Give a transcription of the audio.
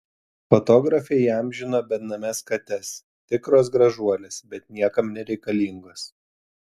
fotografė įamžino benames kates tikros gražuolės bet niekam nereikalingos